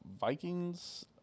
Vikings